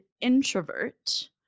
introvert